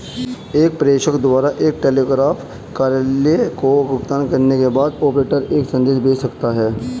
एक प्रेषक द्वारा एक टेलीग्राफ कार्यालय को भुगतान करने के बाद, ऑपरेटर एक संदेश भेज सकता है